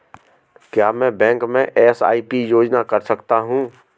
क्या मैं बैंक में एस.आई.पी योजना कर सकता हूँ?